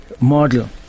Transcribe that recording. model